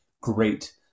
great